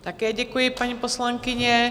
Také děkuji, paní poslankyně.